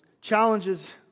challenges